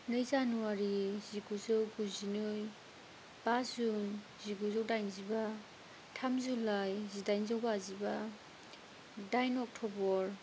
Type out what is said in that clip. नै जानुवारि जिगुजौ गुजिनै बा जुन जिगुजौ दाइनजिबा थाम जुलाइ जिदाइनजौ बाजिबा दाइन अक्ट'बर